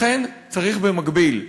לכן צריך, במקביל,